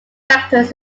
factors